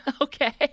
Okay